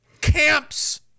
camps